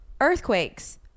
earthquakes